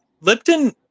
Lipton